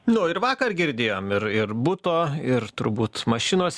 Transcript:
nu ir vakar girdėjom ir ir buto ir turbūt mašinos